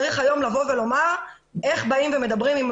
צריך היום לבוא ולומר איך באים ומדברים עם